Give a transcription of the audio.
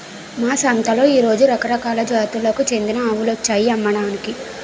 మా సంతలో ఈ రోజు రకరకాల జాతులకు చెందిన ఆవులొచ్చాయి అమ్మకానికి